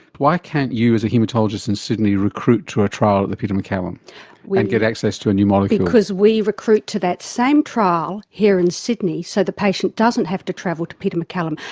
why can't you, as a haematologist in sydney, recruit to a trial at the peter maccallum and get access to a new molecule? because we recruit to that same trial here in sydney so the patient doesn't have to travel to peter maccallum.